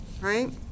right